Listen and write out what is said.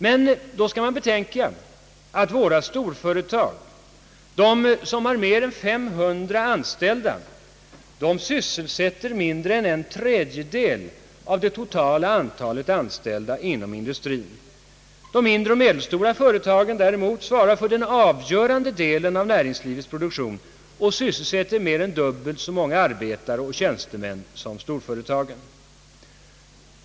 Men då skall man betänka att våra storföretag — de som har mer än 500 anställda — sysselsätter mindre än en tredjedel av det totala antalet anställda inom industrin. De mindre och medelstora företagen däremot svarar för den avgörande delen av näringslivets produktion och sysselsätter mer än dubbelt så många arbetare och tjänstemän som storföretagen.